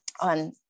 on